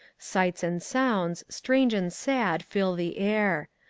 sights and sounds, strange and sad, fill the air.